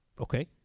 Okay